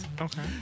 Okay